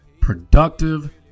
Productive